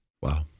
Wow